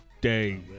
day